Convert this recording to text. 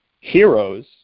Heroes